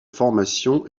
formation